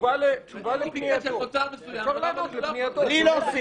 אפשר לענות לפנייתו.